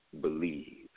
believe